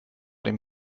dem